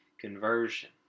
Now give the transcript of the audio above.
conversion